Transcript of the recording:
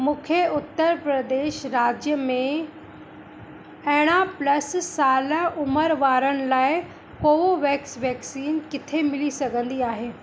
मू्ंखे उत्तर प्रदेश राज्य में अरिड़हं प्लस साल उमिरि वारनि लाइ कोवोवेक्स वैक्सीन किथे मिली सघंदी आहे